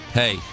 hey